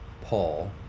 paul